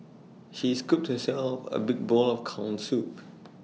she scooped herself A big bowl of Corn Soup